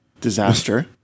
disaster